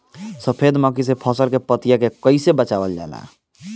सफेद मक्खी से फसल के पतिया के कइसे बचावल जाला?